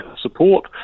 support